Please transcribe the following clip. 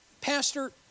Pastor